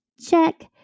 Check